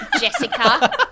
Jessica